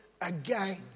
again